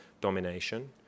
domination